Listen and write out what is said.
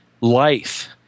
life